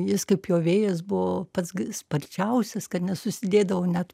jis kaip jo vėjas buvo pats sparčiausias kad nesusidėdavo net